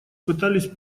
пытались